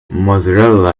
mozzarella